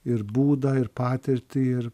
ir būdą ir patirtį ir